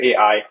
AI